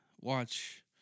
Watch